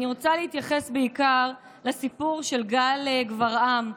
אני רוצה להתייחס בעיקר לסיפור של גל גברעם,